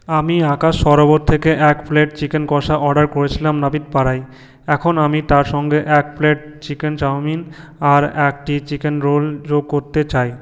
আমি আকাশ সরোবর থেকে এক প্লেট চিকেন কষা অর্ডার করেছিলাম নাবিক পাড়ায় এখন আমি তার সঙ্গে এক প্লেট চিকেন চাউমিন আর একটি চিকেন রোল যোগ করতে চাই